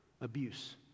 abuse